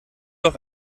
doch